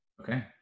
Okay